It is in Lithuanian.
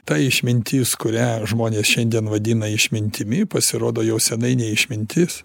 ta išmintis kurią žmonės šiandien vadina išmintimi pasirodo jau senai ne išmintis